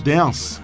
Dance